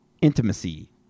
intimacy